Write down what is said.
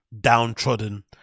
downtrodden